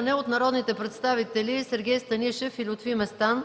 - народните представители Сергей Станишев и Лютви Местан